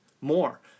more